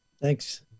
Thanks